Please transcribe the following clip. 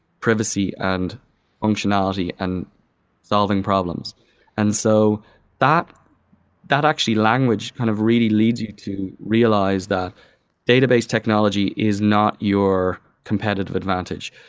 privacy and functionality and solving problems and so that that actually language kind of really leads you to realize that database technology is not your competitive advantage,